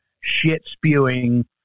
shit-spewing